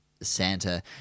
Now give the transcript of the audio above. Santa